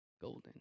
Golden